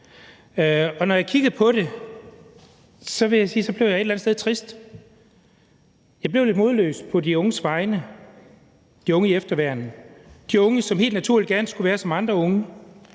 Og når jeg kiggede på det, blev jeg et eller andet sted trist, vil jeg sige. Jeg blev lidt modløs på de unges vegne, de unge i efterværn, de unge, som helt naturligt gerne skulle være som andre unge,